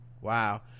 wow